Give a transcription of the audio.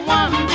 one